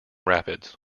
rapids